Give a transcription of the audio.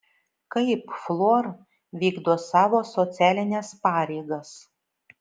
kaip fluor vykdo savo socialines pareigas